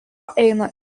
eina